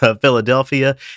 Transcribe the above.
Philadelphia